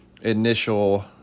initial